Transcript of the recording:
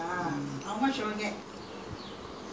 nonsense this is after school lah